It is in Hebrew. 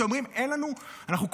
שאומרים: אנחנו קורסים,